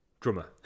Drummer